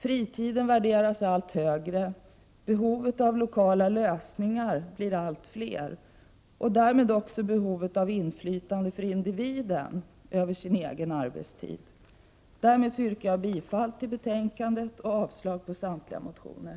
Fritiden 6 VGA värderas allt högre, behovet av lokala lösningar blir allt större och därmed också individens behov av inflytande på sin egen arbetstid. Därmed yrkar jag bifall till utskottets hemställan och avslag på samtliga motioner.